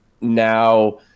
now